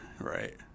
right